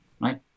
right